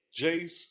Jace